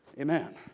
amen